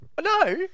No